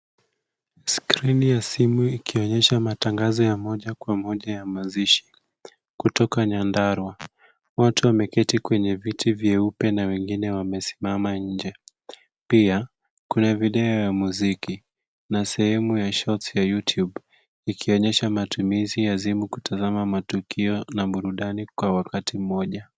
Skrini ya simu ikionyesha matangazo ya moja kwa moja ya mazishi kutoka nyandarwa. Watu wameketi kwenye viti vyeupe na wengine wamesimama nje. Pia kuna video ya muziki na sehemu ya shorts ya youtube ikionyesha matumizi ya simu kutazama atukio na burudani kwa wakati mmoja.